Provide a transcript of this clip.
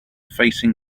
facing